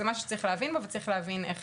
זה משהו שצריך להבין בו וצריך להבין איך